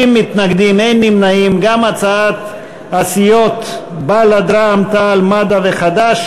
הצעת סיעות בל"ד רע"ם-תע"ל-מד"ע חד"ש